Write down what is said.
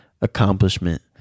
accomplishment